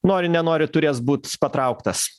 nori nenori turės būt patrauktas